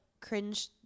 cringe